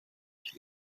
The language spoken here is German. ich